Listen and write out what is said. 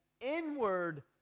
inward